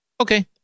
Okay